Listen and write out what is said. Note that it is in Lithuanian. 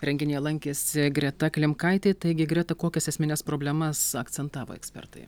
renginyje lankėsi greta klimkaitė taigi greta kokias esmines problemas akcentavo ekspertai